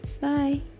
bye